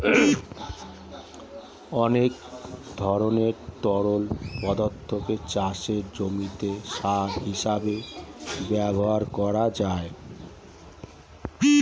অনেক ধরনের তরল পদার্থকে চাষের জমিতে সার হিসেবে ব্যবহার করা যায়